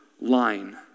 line